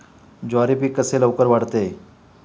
ज्वारी पीक कसे लवकर वाढते?